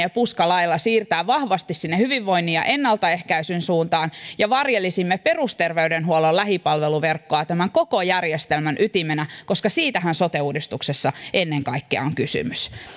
ja puskan lailla siirtää vahvasti sinne hyvinvoinnin ja ennaltaehkäisyn suuntaan ja varjelisimme perusterveydenhuollon lähipalveluverkkoa tämän koko järjestelmän ytimenä koska siitähän sote uudistuksessa ennen kaikkea on kysymys